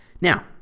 Now